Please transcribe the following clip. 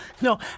No